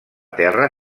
terra